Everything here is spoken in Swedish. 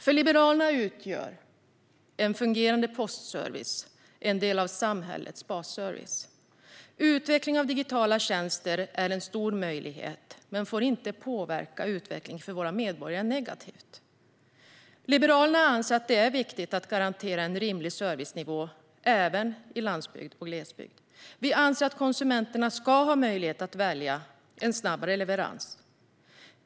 För Liberalerna utgör en fungerande postservice en del av samhällets basservice. Utveckling av digitala tjänster är en stor möjlighet, men det får inte påverka utvecklingen för våra medborgare negativt. Liberalerna anser att det är viktigt att garantera en rimlig servicenivå även i landsbygd och glesbygd. Vi anser att konsumenterna ska ha möjlighet att välja en snabbare leverans.